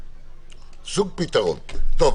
שום פתרון טוב,